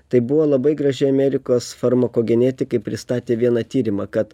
tai buvo labai gražiai amerikos farmakogenetikai pristatė vieną tyrimą kad